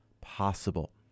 possible